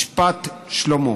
משפט שלמה,